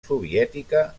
soviètica